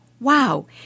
Wow